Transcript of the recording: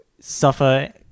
suffer